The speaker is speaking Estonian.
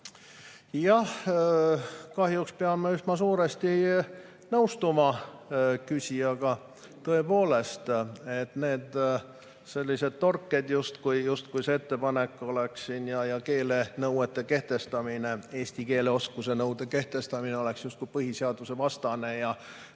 Jah, kahjuks pean ma üsna suuresti nõustuma küsijaga. Tõepoolest, need sellised torked, justkui see ettepanek ja keelenõude kehtestamine, eesti keele oskuse nõude kehtestamine oleks põhiseadusevastane –